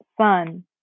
son